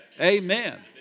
Amen